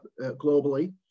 globally